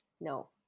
no